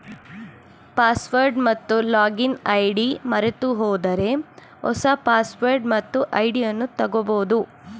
password ಮತ್ತು login ID ಮರೆತುಹೋದರೆ ಹೊಸ ಪಾಸ್ವರ್ಡ್ ಮತ್ತು ಐಡಿಯನ್ನು ತಗೋಬೋದು